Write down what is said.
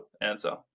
answer